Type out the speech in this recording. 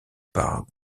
par